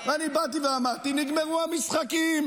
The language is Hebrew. ואני באתי ואמרתי: נגמרו המשחקים,